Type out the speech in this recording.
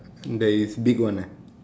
there is big one eh